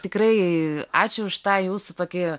tikrai ačiū už tą jūsų tokį